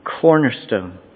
cornerstone